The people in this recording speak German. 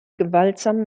gewaltsamen